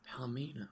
Palomino